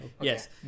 Yes